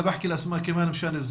(אומרת דברים בשפה הערבית להלן התרגום החופשי)